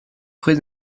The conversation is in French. près